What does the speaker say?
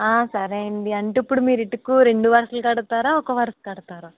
సరే అండి అంటే ఇప్పుడు మీరు ఇటుక్కు రెండు వరసలు కడతారా ఒక వరుస కడతారా